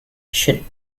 should